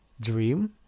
dream